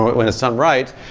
when it's done right,